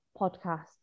podcast